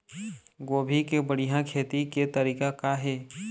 गोभी के बढ़िया खेती के तरीका का हे?